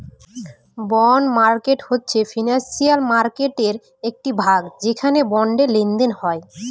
bond market হচ্ছে financial মার্কেটের একটি ভাগ যেখানে বন্ডের লেনদেন হয়